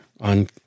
on